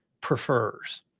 prefers